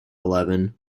eleven